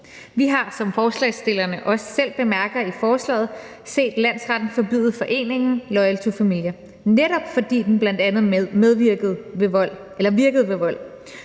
Vi har, som forslagsstillerne også selv bemærker i forslaget, set landsretten forbyde foreningen Loyal To Familia, netop fordi den bl.a. virkede ved vold.